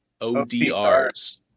ODRs